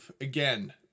again